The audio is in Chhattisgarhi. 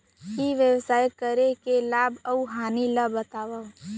ई व्यवसाय करे के लाभ अऊ हानि ला बतावव?